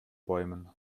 bäumen